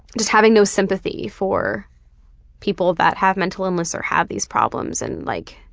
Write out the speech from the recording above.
just having no sympathy for people that have mental illness or have these problems, and like